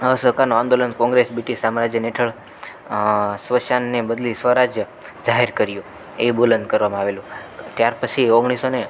અસહકારનો આંદોલન કોંગ્રેસ બ્રિટિસ સામ્રાજ્ય ને હેઠળ શ્વસાનને બદલી સ્વરાજ્ય જાહેર કર્યું એ બુલંદ કરવામાં આવેલું ત્યાર પછી ઓગણીસસો ને